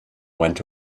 went